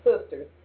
sisters